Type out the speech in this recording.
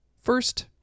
First